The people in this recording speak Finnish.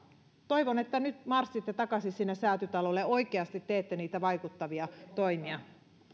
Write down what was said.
toivon että nyt marssitte takaisin sinne säätytalolle ja oikeasti teette niitä vaikuttavia toimia